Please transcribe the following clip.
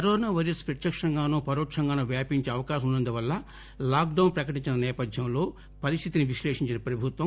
corona వైరసర ప్రత్యక్షంగానో పరోక్షంగానో వ్యాపించే అవకాశం ఉన్నందున లాక్ డౌన్ ప్రకటించిన నేపథ్యంలో పరిస్థితిని విశ్లేషించిన ప్రభుత్వం